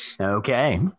Okay